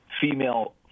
female